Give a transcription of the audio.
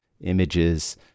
images